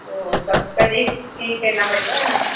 تو سب کا دیکھ کے ہی کرنا پڑتا ہے نا